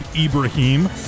Ibrahim